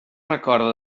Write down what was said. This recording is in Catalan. recorda